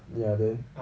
ya then